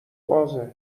بازه